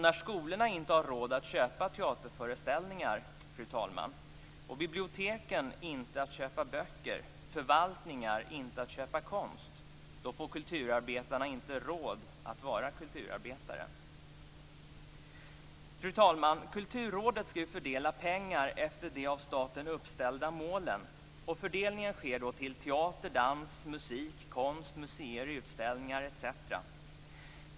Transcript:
När skolor inte har råd att köpa teaterföreställningar, fru talman, bibliotek inte har råd att köpa böcker och förvaltningar inte har råd att köpa konst får kulturarbetarna inte råd att vara kulturarbetare. Fru talman! Kulturrådet skall fördela pengar efter de av staten uppställda målen. Fördelningen sker då till teater, dans, musik, konst, museer, utställningar etc.